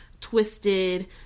twisted